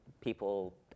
people